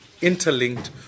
interlinked